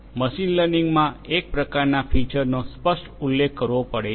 machine લર્નિંગમાં એક પ્રકારના ફીચરનો સ્પષ્ટ ઉલ્લેખ કરવો પડે છે